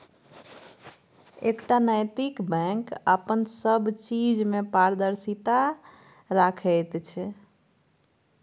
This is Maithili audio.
एकटा नैतिक बैंक अपन सब चीज मे पारदर्शिता राखैत छै